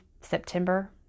September